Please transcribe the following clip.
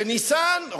בניסן,